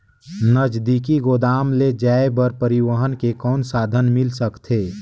नजदीकी गोदाम ले जाय बर परिवहन के कौन साधन मिल सकथे?